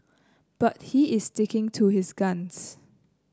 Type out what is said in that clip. but he is sticking to his guns